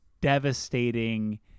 devastating